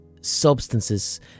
Substances